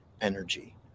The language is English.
energy